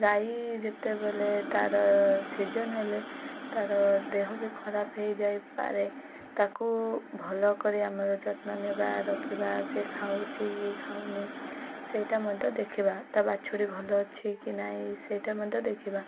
ଗାଈ ଯେତେବେଳେ ତାର ସିଜିନ୍ ହେଲେ ତାର ଦେହ ବି ଖରାପ ହେଇଯାଇପାରେ ତାକୁ ଭଲ କରି ଆମର ଯତ୍ନ ନେବା ରଖିବା ସେ ଖାଉଛି କି ଖାଉନି ସେଇଟା ମଧ୍ୟ ଦେଖିବା ତା ବାଛୁରୀ ଭଲ ଅଛି କି ନାହିଁ ସେଇଟା ମଧ୍ୟ ଦେଖିବା